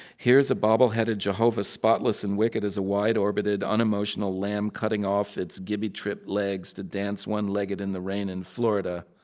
here's a bobblehead jehovah, spotless and wicked as a wide-orbited, unemotional lamb cutting off its gibby-tripped legs to dance one-legged in the rain in florida.